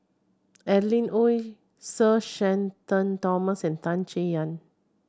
Adeline Ooi Sir Shenton Thomas and Tan Chay Yan